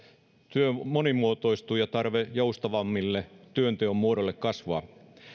työ monimuotoistuu ja tarve joustavammille työnteon muodoille kasvaa